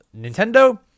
Nintendo